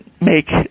make